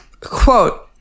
quote